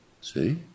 See